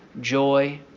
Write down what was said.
Joy